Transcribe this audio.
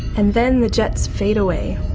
and then the jets fade away.